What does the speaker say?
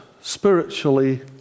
spiritually